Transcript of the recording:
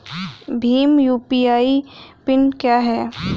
Bhim UPI PIN क्या है?